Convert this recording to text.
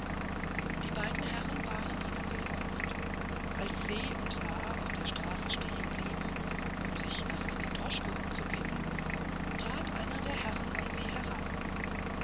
die beiden herren waren ihnen gefolgt als se und la auf der straße stehen blieben um sich nach einer droschke umzublicken trat einer der herren an sie heran